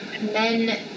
men